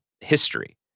history